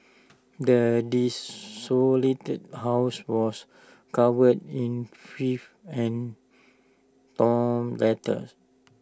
the desolated house was covered in fief and down letters